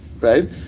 right